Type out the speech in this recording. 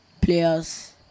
players